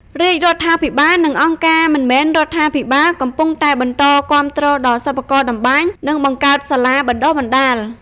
រាជរដ្ឋាភិបាល និងអង្គការមិនមែនរដ្ឋាភិបាល កំពុងតែបន្តគាំទ្រដល់សិប្បករតម្បាញ និងបង្កើតសាលាបណ្តុះបណ្តាល។